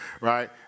right